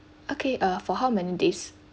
okay uh for how many days